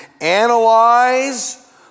analyze